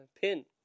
pin